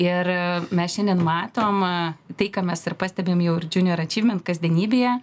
ir mes šiandien matom tai ką mes ir pastebim jau ir junior achievement kasdienybėje